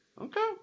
Okay